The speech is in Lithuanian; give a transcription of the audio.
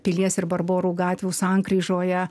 pilies ir barborų gatvių sankryžoje